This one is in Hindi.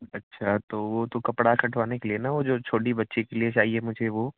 अच्छा तो वह तो कपड़ा कटवाने के लिए ना वह जो छोटी बच्ची के लिए चाहिए मुझे वह